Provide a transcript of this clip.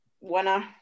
winner